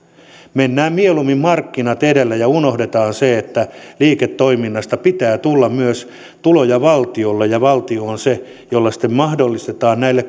mennään mieluummin markkinat edellä ja unohdetaan se että liiketoiminnasta pitää tulla myös tuloja valtiolle ja valtio on se joka sitten mahdollistaa näille